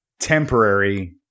temporary